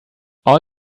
all